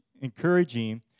encouraging